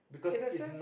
in the sense